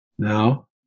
Now